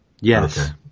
Yes